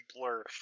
blur